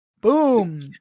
Boom